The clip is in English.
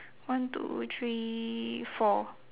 one two three four